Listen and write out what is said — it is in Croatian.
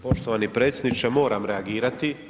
Poštovani predsjedniče moram reagirati.